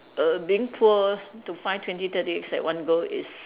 err being poor to find twenty thirty eggs at one go is